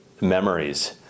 memories